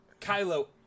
Kylo